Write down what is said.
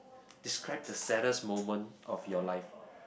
describe the saddest moment of your life